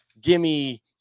gimme